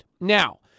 Now